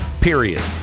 period